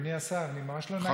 אדוני השר, ממש לא נעים לי.